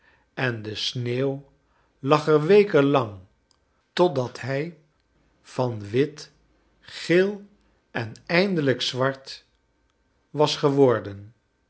en de sneeuw lag er weken lang tot dat hij van wit geel en eindelijl zwart was geworden